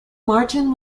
martin